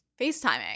FaceTiming